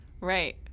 right